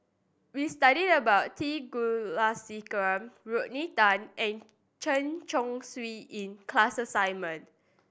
we studied about T Kulasekaram Rodney Tan and Chen Chong Swee in class assignment